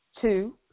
Two